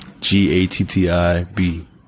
G-A-T-T-I-B